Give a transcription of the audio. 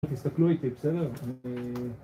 תסתכלו איתי בסדר